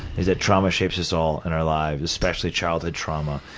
is that trauma shapes us all, in our lives, especially childhood trauma,